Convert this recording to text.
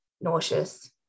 nauseous